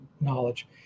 knowledge